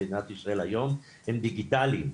במדינת ישראל היום הם דיגיטליים,